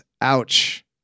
Ouch